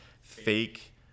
fake